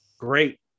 great